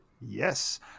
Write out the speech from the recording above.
Yes